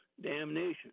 damnation